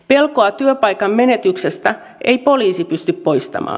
pelkoa työpaikan menetyksestä ei poliisi pysty poistamaan